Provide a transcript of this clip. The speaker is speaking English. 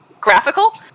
graphical